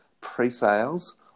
pre-sales